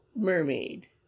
mermaid